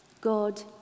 God